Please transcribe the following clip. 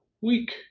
week